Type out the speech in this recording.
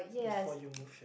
before you move